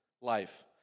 life